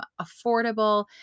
affordable